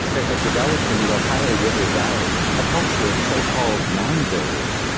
there had developed in the ohio river valley a culture of so-called mound builders,